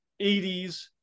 80s